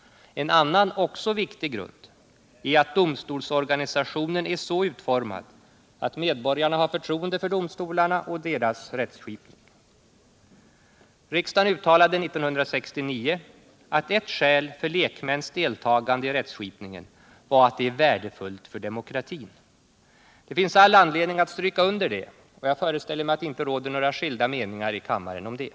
En annan också viktig grund är att domstolsorganisationen är så utformad, att medborgarna har förtroende för domstolarna och deras rättsskipning. Riksdagen uttalade 1969 att ett skäl för lekmäns deltagande i rättsskip ningen var att det är ” värdefullt för demokratin”. Det finns all anledning att - Nr 125 stryka under det, och jag föreställer mig att det inte råder några skilda Torsdagen den meningar i kammaren om detta.